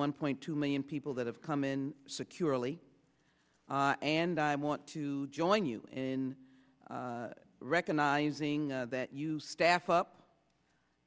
one point two million people that have come in securely and i want to join you in recognizing that you staff up